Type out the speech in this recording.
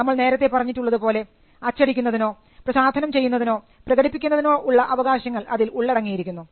നമ്മൾ നേരത്തെ പറഞ്ഞിട്ടുള്ളതുപോലെ അച്ചടിക്കുന്നതിനോ പ്രസാധനം ചെയ്യുന്നതിനോ പ്രകടിപ്പിക്കുന്നതിനോ ഉള്ള അവകാശങ്ങൾ അതിൽ ഉള്ളടങ്ങിയിരിക്കുന്നു